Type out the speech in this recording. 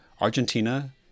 Argentina